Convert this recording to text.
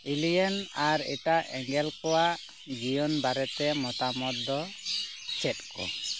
ᱮᱞᱤᱭᱮᱱ ᱟᱨ ᱮᱴᱟᱜ ᱮᱸᱜᱮᱞ ᱠᱚᱣᱟᱜ ᱡᱤᱭᱚᱱ ᱵᱟᱨᱮᱛᱮ ᱢᱚᱛᱟᱢᱚᱛ ᱫᱚ ᱪᱮᱫ ᱠᱚ